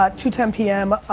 ah two ten p m.